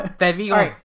Right